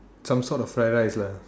some sort of fried rice lah